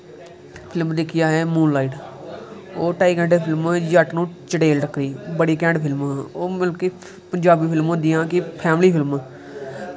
film दिक्खी असैं Moonlight ओह् ठाई घैंटे फिल्म जट्ट नू चढ़ेल टक्करी बड़ी कैंड़ फिल्म ही ओह् मतलब की पंजाबी फिल्म होंदियां कि फैमली फिल्म